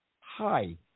hi